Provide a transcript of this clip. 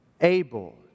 Abel